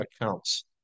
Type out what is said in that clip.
accounts